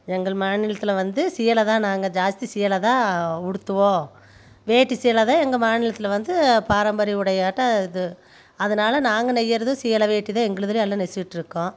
எங்கள் மாநிலத்தில் வந்து சேலை தான் நாங்கள் ஜாஸ்தி சேலை தான் உடுத்துவோம் வேட்டி சேலை தான் எங்கள் மாநிலத்தில் வந்து பாரம்பரிய உடையாட்டம் இது அதனால நாங்கள் நெய்கிறதும் சேலை வேட்டி தான் எங்களுதில் எல்லாம் நெசிவிட்டுருக்கோம்